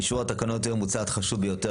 אישור התקנות היום הוא צעד חשוב ביותר